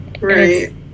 Right